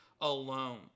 alone